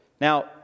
Now